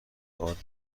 ارد